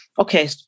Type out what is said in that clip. okay